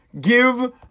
give